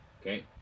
Okay